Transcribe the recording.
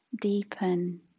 deepen